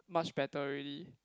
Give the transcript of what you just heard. much better already